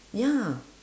ya